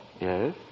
Yes